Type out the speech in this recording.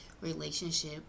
relationship